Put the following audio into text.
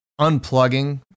unplugging